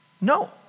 No